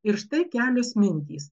ir štai kelios mintys